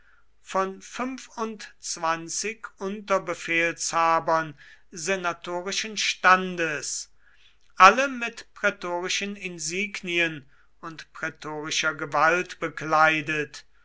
von fünfundzwanzig unterbefehlshabern senatorischen standes alle mit prätorischen insignien und prätorischer gewalt bekleidet